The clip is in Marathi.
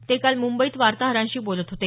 ते काल मुंबईत वार्ताहरांशी बोलत होते